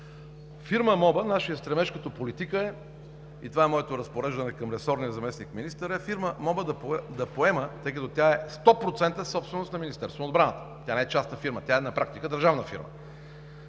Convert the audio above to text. Фирма МОБА. Нашият стремеж като политика – и това е моето разпореждане към ресорния заместник-министър, тъй като тя е 100% собственост на Министерството на отбраната, не е частна фирма, на практика е държавна фирма